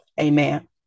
Amen